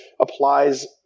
applies